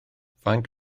faint